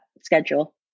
schedule